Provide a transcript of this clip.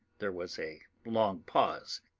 there was a long pause.